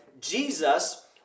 Jesus